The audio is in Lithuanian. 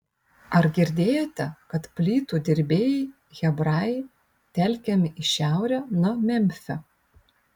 ar girdėjote kad plytų dirbėjai hebrajai telkiami į šiaurę nuo memfio